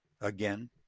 Again